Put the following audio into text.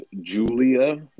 Julia